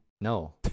No